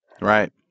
Right